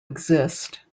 exist